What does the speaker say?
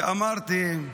ואמרתי: